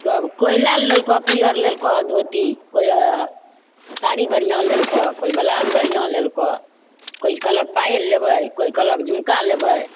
सब कोइ लाल लेलकऽ पिअर लेलकऽ धोती कोइ साड़ी बढ़िआँ लेलकऽ कोइ ब्लाउज बढ़िआँ लेलकऽ कोइ कहलक पायल लेबै कोइ कहलक झुमका लेबै